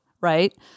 right